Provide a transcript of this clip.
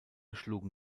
schlugen